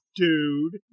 dude